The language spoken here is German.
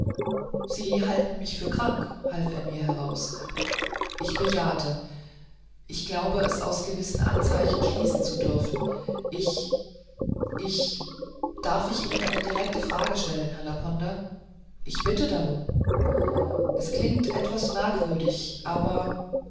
sie halten mich für krank half er mir heraus ich bejahte ich glaube es aus gewissen anzeichen schließen zu dürfen ich ich darf ich ihnen eine direkte frage stellen herr laponder ich bitte darum es klingt etwas merkwürdig aber